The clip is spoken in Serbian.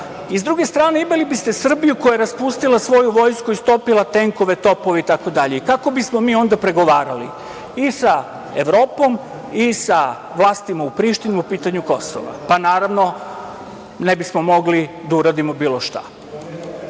i, s druge strane, imali biste Srbiju koja je raspustila svoju vojsku, istopila tenkove, topove itd. i kako bismo mi onda pregovarali i sa Evropom i sa vlastima u Prištinu po pitanju Kosova? Naravno, ne bismo mogli da uradimo bilo šta. Da